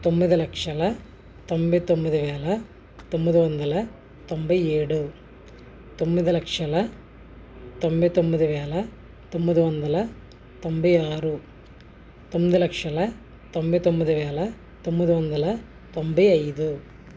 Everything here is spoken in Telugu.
తొమ్మిది లక్షల తొంభై తొమ్మిది వేల తొమ్మిది వందల తొంభై ఏడు తొమ్మిది లక్షల తొంభై తొమ్మిది వేల తొమ్మిది వందల తొంభై ఆరు తొమ్మిది లక్షల తొంభై తొమ్మిది వేల తొమ్మిది వందల తొంభై ఐదు